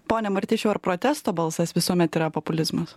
pone martišiau ar protesto balsas visuomet yra populizmas